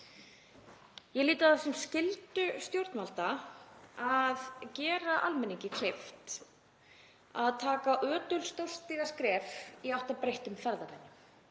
Ég lít á það sem skyldu stjórnvalda að gera almenningi kleift að taka ötul og stórstíg skref í átt að breyttum ferðavenjum.